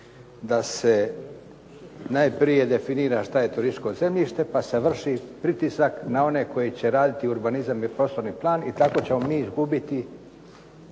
da se najprije definira šta je turističko zemljište, pa se vrši pritisak na one koji će raditi urbanizam i prostorni plan, i tako ćemo mi izgubiti